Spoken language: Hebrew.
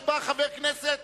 שבא חבר כנסת,